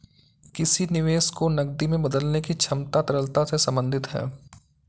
किसी निवेश को नकदी में बदलने की क्षमता तरलता से संबंधित है